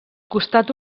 costat